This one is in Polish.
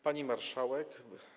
Pani Marszałek!